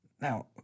Now